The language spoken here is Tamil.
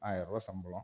ஆயர்ரூபா சம்பளம்